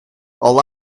all